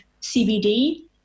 CBD